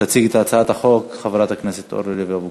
תציג את הצעת החוק חברת הכנסת אורלי לוי אבקסיס.